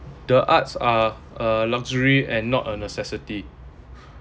the arts are uh luxury and not a necessity